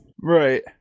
Right